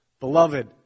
Beloved